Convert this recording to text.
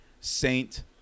saint